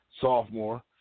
sophomore